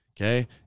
Okay